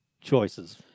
choices